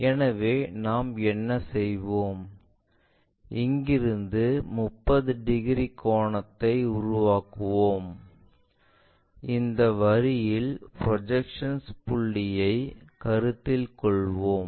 எனவே நாம் என்ன செய்வோம் இங்கிருந்து 30 டிகிரி கோணத்தை உருவாக்குவோம் இந்த வரியில் ப்ரொஜெக்ஷன்ஸ் புள்ளியைக் கருத்தில் கொள்வோம்